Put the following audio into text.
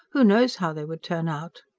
who knows how they would turn out?